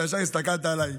אתה ישר הסתכלת עליי.